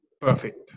Perfect